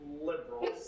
liberals